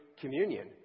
communion